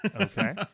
Okay